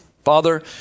Father